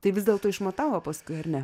tai vis dėlto išmatavo paskui ar ne